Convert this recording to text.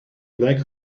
black